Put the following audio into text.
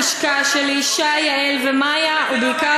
לצוות הלשכה שלי: שי, יעל ומאיה, עוכרי ישראל.